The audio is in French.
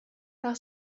par